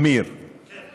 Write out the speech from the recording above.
אמיר, כן.